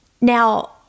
Now